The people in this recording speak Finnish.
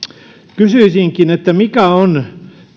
kysyisinkin mikä on